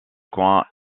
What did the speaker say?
coin